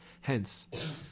Hence